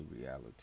reality